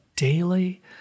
daily